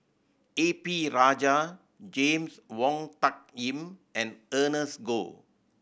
A P Rajah James Wong Tuck Yim and Ernest Goh